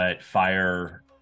fire